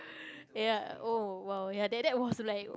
ya oh [wah] ya that that was like